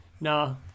No